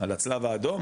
על הצלב האדום?